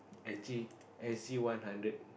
actually I see one hundred